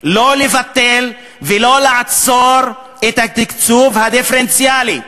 לא לבטל ולא לעצור את התקצוב הדיפרנציאלי.